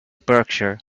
berkshire